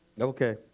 Okay